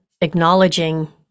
acknowledging